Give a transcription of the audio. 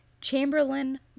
chamberlain